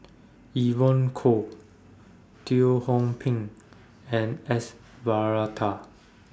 Evon Kow Teo Hong Pin and S Varathan